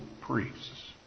priests